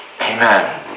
Amen